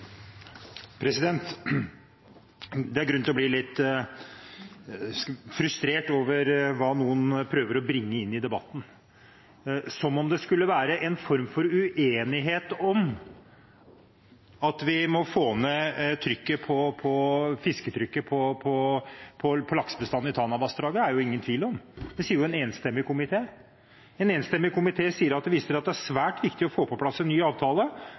Det er grunn til å bli litt frustrert over hva noen prøver å bringe inn i debatten, som om det skulle være en form for uenighet om at vi må få ned fisketrykket på laksebestanden i Tanavassdraget. Det er det ingen tvil om, det sier jo en enstemmig komité: «Komiteen viser til at det er svært viktig å få på plass en ny avtale